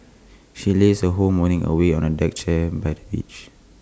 she lazed her whole morning away on A deck chair by the beach